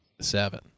Seven